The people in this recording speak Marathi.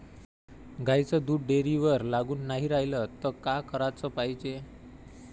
गाईचं दूध डेअरीवर लागून नाई रायलं त का कराच पायजे?